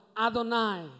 Adonai